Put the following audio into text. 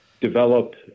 developed